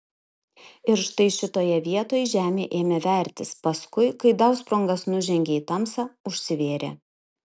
ir štai šitoje vietoj žemė ėmė vertis paskui kai dausprungas nužengė į tamsą užsivėrė